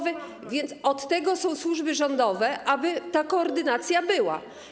Więc od tego są służby rządowe, aby ta koordynacja była.